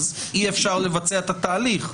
אי אפשר לבצע את התהליך,